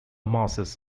masses